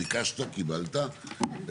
ביקשת, קיבלת.